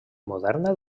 moderna